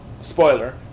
spoiler